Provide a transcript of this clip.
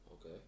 Okay